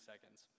seconds